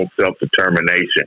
self-determination